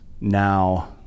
Now